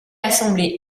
assemblée